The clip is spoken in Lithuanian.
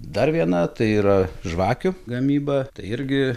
dar viena tai yra žvakių gamyba tai irgi